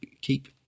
keep